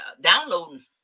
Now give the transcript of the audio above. downloading